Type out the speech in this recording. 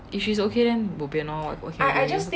if she's okay then bo pian loh what can we do eh